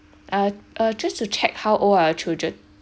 uh uh just to check how old are children